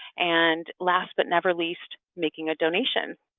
and last but never least making a donation.